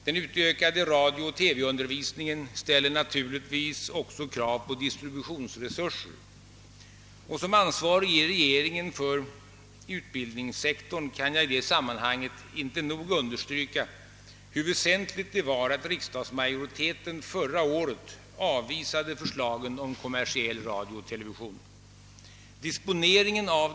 Den utökade radiooch TV-undervisningen ställer naturligtvis också krav på distributionsresurser, och som ansvarig i regeringen för utbildningssektorn kan jag i detta sammanhang inte nog understryka hur väsentligt det är att riksdagsmajoriteten förra året avvisade förslagen om kommersiell radio och television.